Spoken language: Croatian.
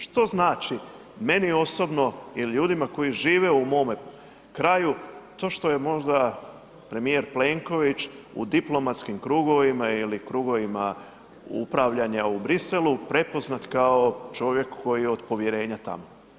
Što znači meni osobno ili ljudima koji žive u mome kraju to što je možda premijer Plenković u diplomatskim krugovima ili krugovima upravljanja u Bruxellesu prepoznat kao čovjek koji je od povjerenja tamo?